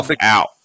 out